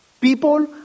People